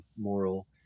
moral